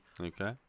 Okay